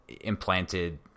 implanted